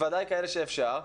ודאי כאלה שאפשר.